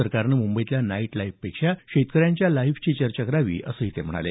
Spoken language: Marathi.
सरकारनं मुंबईतल्या नाईट लाईफ पेक्षा शेतकऱ्याच्या लाईफची चर्चा करावी असंही ते म्हणाले